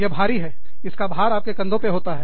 यह भारी है इसका भार आपके कंधों पर होता है